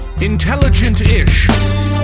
Intelligent-ish